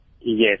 Yes